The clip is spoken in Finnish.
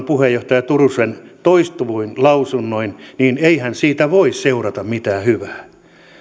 puheenjohtaja turusen toistuvin lausunnoin niin eihän siitä voi seurata mitään hyvää